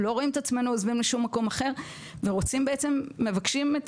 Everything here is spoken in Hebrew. לא רואים את עצמנו עוזבים לשום מקום אחר ומבקשים את